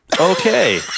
Okay